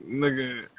nigga